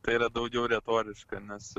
tai yra daugiau retoriška nes